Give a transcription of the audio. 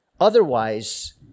Otherwise